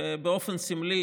באופן סמלי,